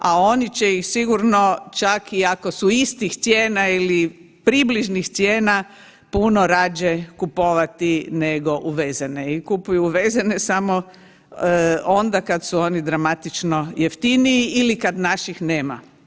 A oni će ih sigurno čak i ako su istih cijena ili približnih cijena puno rađe kupovati nego uvezene i kupuju uvezene samo onda kada su oni dramatično jeftiniji ili kad naših nema.